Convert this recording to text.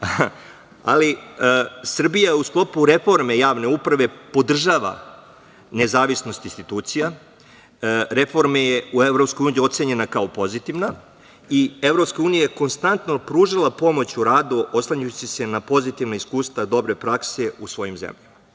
ali Srbije je u sklopu reforme javne uprave podržava nezavisnost institucija, reforma je u EU ocenjena kao pozitivna i EU je konstantno pružala pomoć u radu oslanjajući se na pozitivna iskustva dobre prakse u svojim zemljama. Na